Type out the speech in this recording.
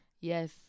Yes